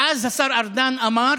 ואז השר ארדן אמר